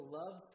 love